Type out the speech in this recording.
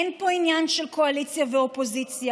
אין פה עניין של קואליציה ואופוזיציה,